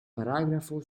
paragrafo